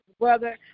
brother